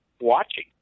watching